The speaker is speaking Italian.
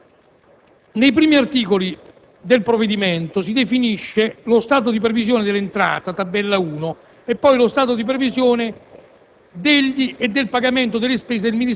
finanziaria. Nei primi articoli del provvedimento si definiscono lo stato di previsione dell'entrata (tabella 1) e poi lo stato di previsione